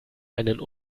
einen